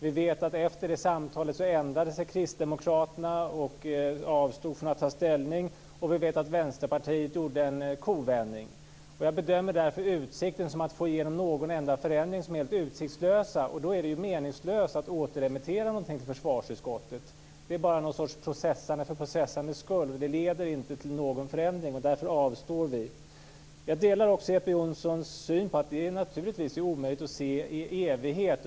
Vi vet att efter det samtalet ändrade sig Kristdemokraterna och avstod från att ta ställning, och vi vet att Vänsterpartiet gjorde en kovändning. Jag bedömer därför möjligheten att få igenom någon enda förändring som helt utsiktslös. Då är det ju meningslöst att återremittera någonting till försvarsutskottet. Det skulle bara bli någon sorts processande för processandets egen skull. Det leder inte till någon förändring. Därför avstår vi. Jag delar också Jeppe Johnssons syn på att det naturligtvis är omöjligt att se i all evighet.